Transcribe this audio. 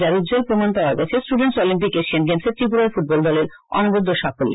যার উজ্জ্বল প্রমান পাওয়া গেছে স্টুডেন্টস অলিম্পিক এশিয়ান গেমসে ত্রিপু রার ফু টবল দলের অনবদ্য সাফল্য